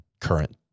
current